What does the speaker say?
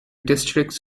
districts